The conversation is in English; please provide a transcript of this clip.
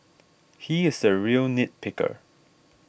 he is a real nit picker